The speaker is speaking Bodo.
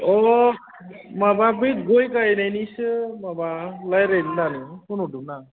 औ माबा बै गय गायनायनिसो माबा रायज्लायनो होननानै फन हादोंमोन आं